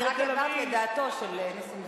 אני רק העברתי את דעתו של נסים זאב.